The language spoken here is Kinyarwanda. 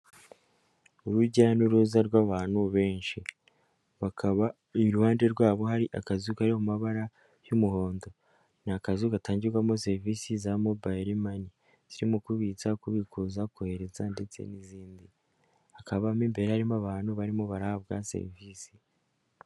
Urujya n'uruza rw'abantu benshi bakaba iruhande rwabo hari akazu kari mu mabara y'umuhondo, ni akazu gatangirwamo serivisi za Mobile Money zirimo kubitsa, kubikuza, kohereza ndetse n'izindi. Hakaba mo imbere harimo abantu barimo barahabwa serivisi.